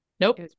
Nope